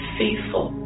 faithful